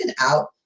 out